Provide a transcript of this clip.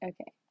Okay